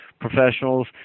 professionals